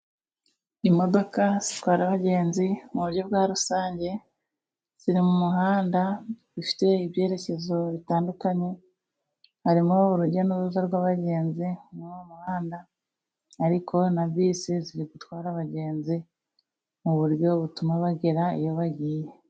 Imodoka zitwara abagenzi mu buryo bwa rusange, ziri mu muhanda zifite ibyerekezo bitandukanye, harimo urujya n'uruza rw'abagenzi mu muhanda, ariko na bisi ziri gutwara abagenzi, mu buryo butuma bagera iyo bagiye.